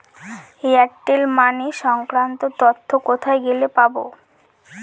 Airtel money সংক্রান্ত তথ্য কোথায় গেলে পাব?